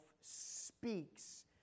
speaks